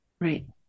Right